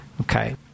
Okay